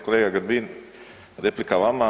Kolega Grbin replika vama.